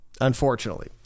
unfortunately